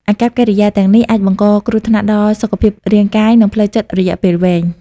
អាកប្បកិរិយាទាំងនេះអាចបង្កគ្រោះថ្នាក់ដល់សុខភាពរាងកាយ និងផ្លូវចិត្តរយៈពេលវែង។